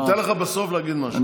אני אתן לך בסוף להגיד משהו.